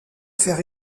faire